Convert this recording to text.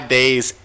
Days